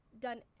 done